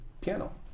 Piano